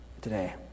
today